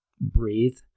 Breathe